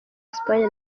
espagne